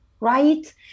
Right